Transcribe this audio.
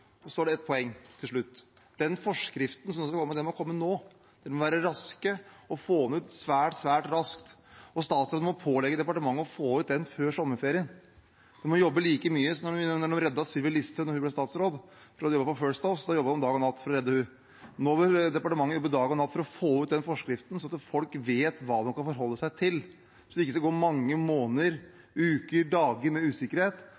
det? Så er det et poeng til slutt: Den forskriften som skal komme, må komme nå. Man må være raske og få ut den forskriften svært, svært raskt. Statsråden må pålegge departementet å få ut den før sommerferien. Man må jobbe like mye som da man reddet Sylvi Listhaug da hun ble statsråd fordi hun hadde jobbet på First House. Da jobbet man dag og natt for å redde henne. Nå må departementet jobbe dag og natt for å få ut den forskriften, slik at folk vet hva de kan forholde seg til, så man ikke skal gå mange måneder – dager og uker – med usikkerhet.